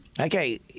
Okay